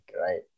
right